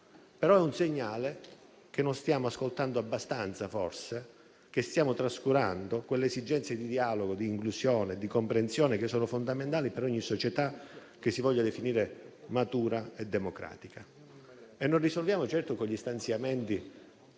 però è il segnale che forse non stiamo ascoltando abbastanza e stiamo trascurando le esigenze di dialogo, inclusione e comprensione che sono fondamentali per ogni società che si voglia definire matura e democratica. E non risolviamo certo la situazione